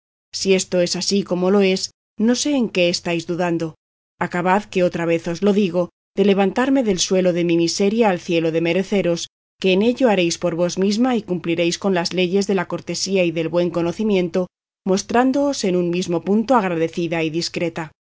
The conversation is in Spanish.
si esto es así como lo es no sé en qué estáis dudando acabad que otra vez os lo digo de levantarme del suelo de mi miseria al cielo de mereceros que en ello haréis por vos misma y cumpliréis con las leyes de la cortesía y del buen conocimiento mostrándoos en un mismo punto agradecida y discreta